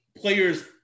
players